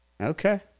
Okay